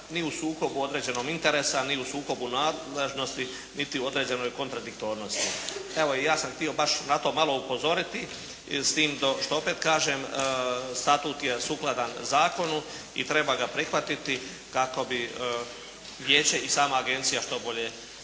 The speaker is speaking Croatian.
ni u sukobu određenog interesa, ni u sukobu nadležnosti, niti u određenoj kontradiktornosti. Evo, ja sam htio baš na to malo upozoriti s tim što opet kažem. Statut je sukladan zakonu i treba ga prihvatiti kako bi vijeće i sama agencija što bolje